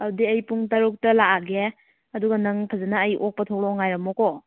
ꯑꯗꯨꯗꯤ ꯑꯩ ꯄꯨꯡ ꯇꯔꯨꯛꯇ ꯂꯥꯛꯑꯒꯦ ꯑꯗꯨꯒ ꯅꯪ ꯐꯖꯅ ꯑꯩ ꯑꯣꯛꯄ ꯊꯣꯛꯂꯛꯑꯣ ꯉꯥꯏꯔꯝꯃꯣꯀꯣ